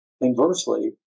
inversely